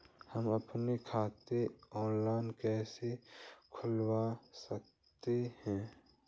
हम अपना खाता ऑनलाइन कैसे खुलवा सकते हैं?